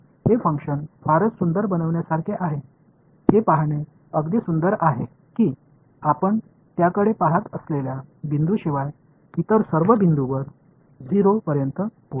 हे फंक्शन फारच सुंदर बनवण्यासारखे आहे हे पाहणे अगदी सुंदर आहे की आपण त्याकडे पाहत असलेल्या बिंदूशिवाय इतर सर्व बिंदूंवर 0 पर्यंत पोचते